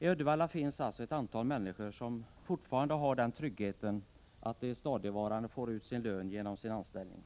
I Uddevalla finns ett antal människor som fortfarande har den tryggheten att de stadigvarande får ut sin lön genom sin anställning,